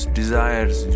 desires